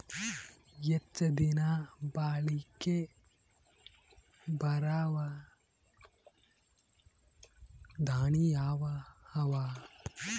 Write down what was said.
ಹೆಚ್ಚ ದಿನಾ ಬಾಳಿಕೆ ಬರಾವ ದಾಣಿಯಾವ ಅವಾ?